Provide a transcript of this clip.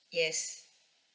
yes